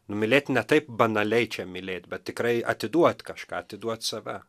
nu mylėt ne taip banaliai čia mylėt bet tikrai atiduot kažką atiduot save